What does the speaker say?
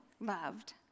loved